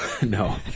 No